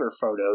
photos